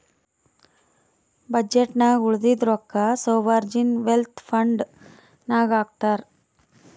budget ನಾಗ್ ಉಳದಿದ್ದು ರೊಕ್ಕಾ ಸೋವರ್ಜೀನ್ ವೆಲ್ತ್ ಫಂಡ್ ನಾಗ್ ಹಾಕ್ತಾರ್